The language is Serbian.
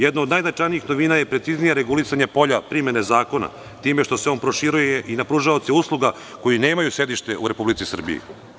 Jedna od najznačajnijih novina je preciznije regulisanje polja primene zakona time što se on proširuje i na pružaoce usluga koji nemaju sedište u Republici Srbiji.